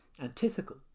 antithetical